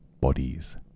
bodies